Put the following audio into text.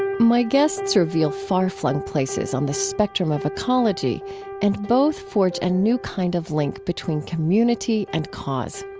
and my guests reveal far-flung places on the spectrum of ecology and both forge a new kind of link between community and cause.